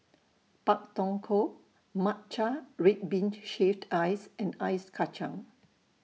Pak Thong Ko Matcha Red Bean Shaved Ice and Ice Kachang